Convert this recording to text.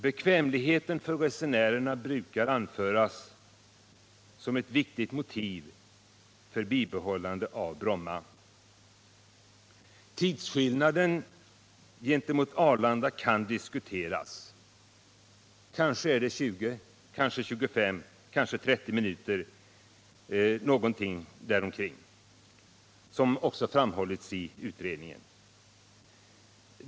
Bekvämligheten för resenärerna brukar anföras som ett viktigt motiv för bibehållande av Bromma. Tidsskillnaden i förhållande till Arlanda kan diskuteras. Kanske är det 20, 25 eller 30 minuter eller någonting däromkring, som framhållits i utredningen.